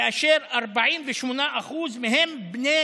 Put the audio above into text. כאשר 48% מהם בני